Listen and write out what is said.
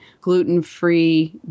gluten-free